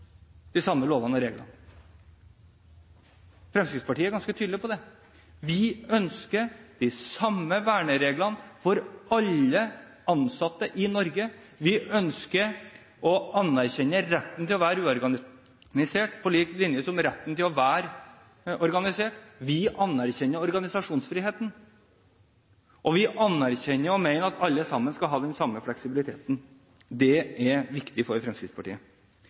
de samme lovene og reglene? Fremskrittspartiet er ganske tydelig på det. Vi ønsker de samme vernereglene for alle ansatte i Norge. Vi ønsker å anerkjenne retten til å være uorganisert på lik linje med retten til å være organisert. Vi anerkjenner organisasjonsfriheten. Vi anerkjenner og mener at alle skal ha den samme fleksibiliteten. Det er viktig for Fremskrittspartiet.